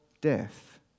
death